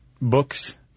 books